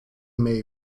may